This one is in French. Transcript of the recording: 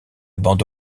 bande